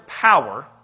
power